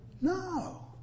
No